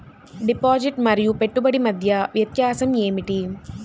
Deposit మరియు పెట్టుబడి మధ్య వ్యత్యాసం ఏమిటీ?